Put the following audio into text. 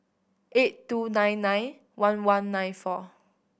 eight two nine nine one one nine four